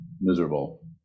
miserable